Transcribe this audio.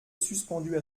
suspendue